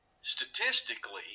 statistically